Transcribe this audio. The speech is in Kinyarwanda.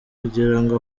kugirango